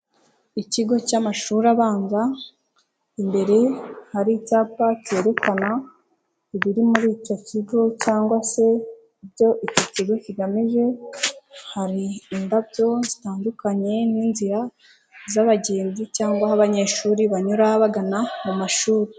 Ikigo cy'amashuri abanza imbere hari icyapa cyerekana ibiri muri icyo kigo cyangwa se ibyo iki kigo kigamije, hari indabyo zitandukanye n'inzira z'abagenzi cyangwa'abanyeshuri banyura bagana mu mashuri.